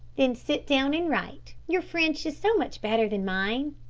then sit down and write your french is so much better than mine.